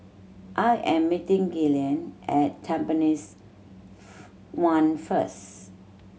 I am meeting Gillian at Tampines One first